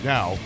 Now